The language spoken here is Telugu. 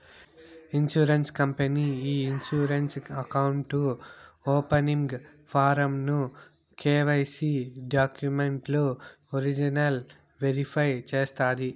ఇన్సూరెన్స్ కంపనీ ఈ ఇన్సూరెన్స్ అకౌంటు ఓపనింగ్ ఫారమ్ ను కెవైసీ డాక్యుమెంట్లు ఒరిజినల్ వెరిఫై చేస్తాది